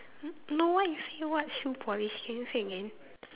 n~ no what you say what shoe polish can you say again